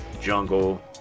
jungle